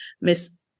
Miss